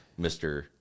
mr